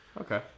okay